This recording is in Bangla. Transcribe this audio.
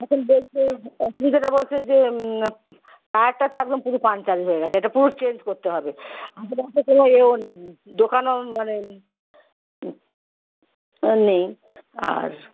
এখন বলছে অসুবিধেটা বলছে যে টায়ারটা তো একদম পুরো পাংচার হয়ে গেছে এটা পুরো চেঞ্জ করতে হবে তো কোনও এও নেই দোকানও মানে আর নেই আর